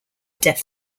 deaf